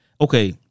Okay